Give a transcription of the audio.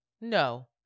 No